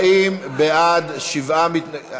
40 בעד, שבעה מתנגדים.